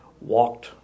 walked